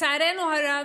לצערנו הרב,